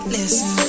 Listen